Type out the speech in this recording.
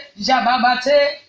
Jababate